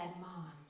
Mom